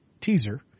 teaser